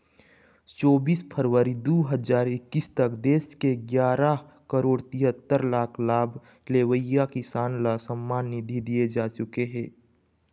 चोबीस फरवरी दू हजार एक्कीस तक देश के गियारा करोड़ तिहत्तर लाख लाभ लेवइया किसान ल सम्मान निधि दिए जा चुके हे